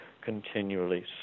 continually